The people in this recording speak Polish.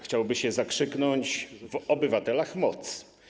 Chciałoby się zakrzyknąć: W obywatelach moc!